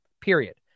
period